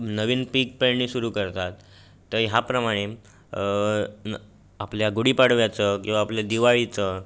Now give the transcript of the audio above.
नवीन पिक पेरणी सुरू करतात तर ह्या प्रमाणे न आपल्या गुढीपाडव्याचं किंवा आपले दिवाळीचं